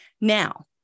Now